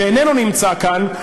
שאיננו נמצא כאן,